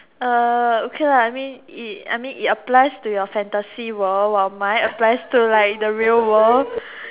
okay I mean it I mean it applies to your fantasy world while mine applies to like the real world